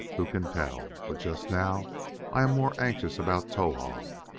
who can tell? but just now i am more anxious about towahg.